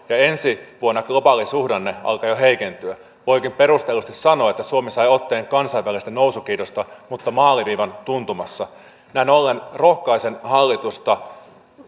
ja ensi vuonna globaali suhdanne alkaa jo heikentyä voikin perustellusti sanoa että suomi sai otteen kansainvälisestä nousukiidosta mutta maaliviivan tuntumassa näin ollen rohkaisen hallitusta